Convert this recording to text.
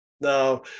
now